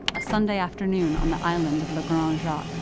a sunday afternoon on the island of la grande jatte.